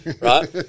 Right